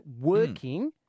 working